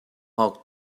ought